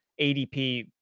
ADP